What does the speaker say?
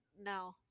no